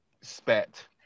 spat